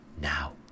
now